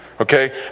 Okay